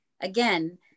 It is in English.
again